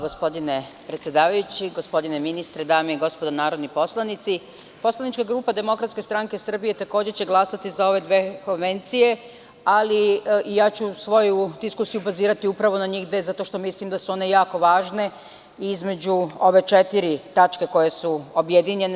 Gospodine predsedavajući, gospodine ministre, dame i gospodo narodni poslanici, poslanička grupa DSS takođe će glasati za ove dve konvencije, ali ja ću svoju diskusiju bazirati upravo na njih dve zato što mislim da su one jako važne između ove četiri tačke koje su objedinjene.